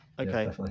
Okay